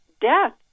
death